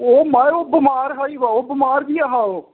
ओह् माए ओह् बमार हा ओह् बमार बी ऐ हा ओह्